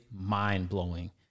mind-blowing